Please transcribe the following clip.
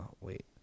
Wait